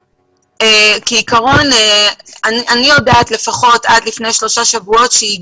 אני יודעת לפחות עד לפני שלושה שבועות ש-1,400